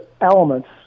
elements